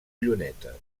llunetes